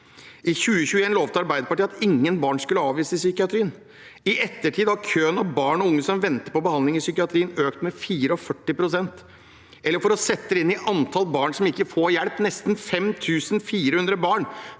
I 2021 lovte Arbeiderpartiet at ingen barn skulle avvises i psykiatrien. I ettertid har køene av barn og unge som venter på behandling i psykiatrien, økt med 44 pst. – for å sette det inn i antall barn som ikke får hjelp: nesten 5 400 barn.